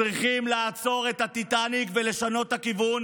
צריכים לעצור את הטיטניק ולשנות את הכיוון